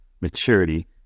maturity